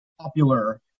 popular